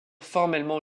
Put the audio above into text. formellement